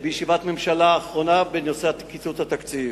בישיבת הממשלה האחרונה בנושא קיצוץ התקציב.